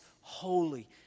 holy